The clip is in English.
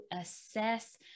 assess